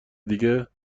دیگه